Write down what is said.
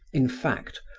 in fact,